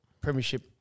premiership